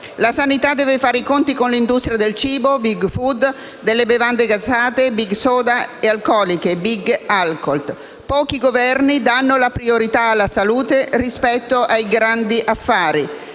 La sanità (...) deve fare i conti con l'industria del cibo (Big Food), delle bevande gassate (Big Soda) e alcoliche (Big Alcohol). (...) Pochi Governi danno la priorità alla salute rispetto ai grandi affari.